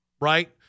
right